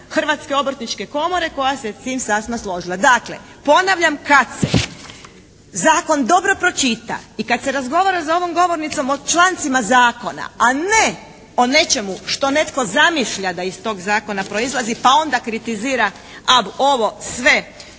Hrvatske obrtničke komore koja se s tim sasma složila. Dakle ponavljam kad se zakon dobro pročita i kad se razgovara za ovom govornicom o člancima zakona, a ne o nečemu što netko zamišlja da iz tog zakona proizlazi pa onda kritizira … /Govornica